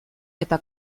eta